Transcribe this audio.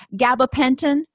Gabapentin